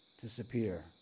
disappear